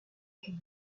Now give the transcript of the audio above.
queue